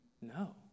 No